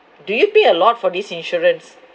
do you pay a lot for this insurance